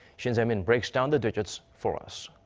shin se-min breaks down the digits for us.